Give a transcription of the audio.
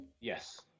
Yes